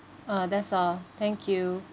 ah that's all thank you